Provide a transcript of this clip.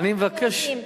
אני מבקש,